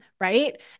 right